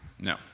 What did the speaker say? No